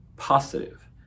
positive